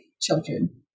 children